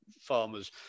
farmers